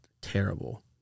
terrible